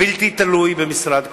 בלתי תלוי במשרד כלשהו.